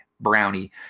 Brownie